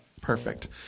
Perfect